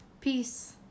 Peace